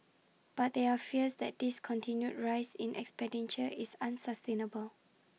but there are fears that this continued rise in expenditure is unsustainable